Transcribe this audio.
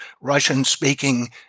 Russian-speaking